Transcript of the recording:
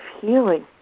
healing